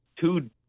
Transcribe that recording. two